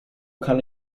kann